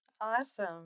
Awesome